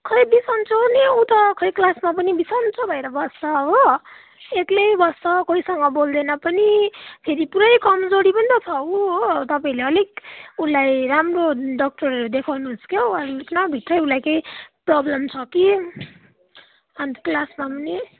खोइ बिसन्चो नै ऊ त खोइ क्लासमा पनि ऊ बिसन्चो भएर बस्छ हो एक्लै बस्छ कोहीसँग बोल्दैन पनि फेरि पुरै कमजोरी पनि त छ ऊ हो तपाईँहरूले अलिक उसलाई राम्रो डाक्टर देखाउनु होस् के हो न भित्रै उसलाई केही प्रब्लम छ कि अन्त क्लासमा पनि